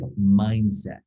mindset